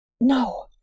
No